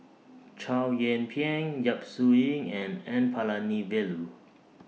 Chow Yian Ping Yap Su Yin and N Palanivelu